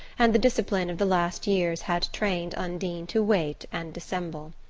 and the discipline of the last years had trained undine to wait and dissemble.